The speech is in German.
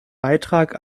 beitrag